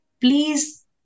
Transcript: please